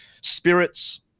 spirits